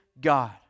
God